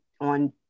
on